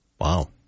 Wow